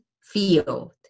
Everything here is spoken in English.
field